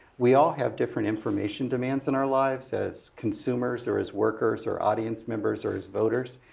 we all have different information demands in our lives as consumers, or as workers, or audience members, or as voters.